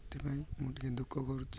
ସେଥିପାଇଁ ମୁଁ ଟିକିଏ ଦୁଃଖ କରୁଛି